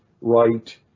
right